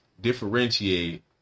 differentiate